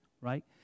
right